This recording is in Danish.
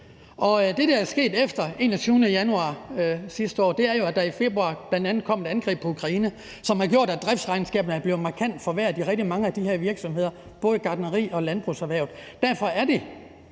Det, der er sket efter den 21. januar sidste år, er jo, at der i februar bl.a. kom et angreb på Ukraine, som har gjort, at driftsregnskabet er blevet markant forværret i rigtig mange af de her virksomheder, både i gartneri- og landbrugserhvervet. Derfor er det